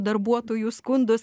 darbuotojų skundus